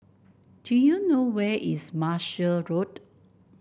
do you know where is Martia Road